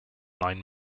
line